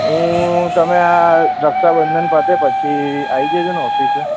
હં તમે આ રક્ષાબંધન પતે પછી આવી જજોને ઓફિસે